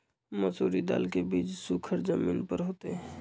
मसूरी दाल के बीज सुखर जमीन पर होतई?